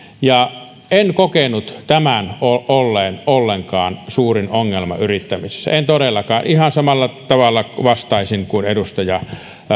enkä kokenut tämän olleen ollenkaan suurin ongelma yrittämisessä en todellakaan ihan samalla tavalla vastaisin kuin edustaja